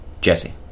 Jesse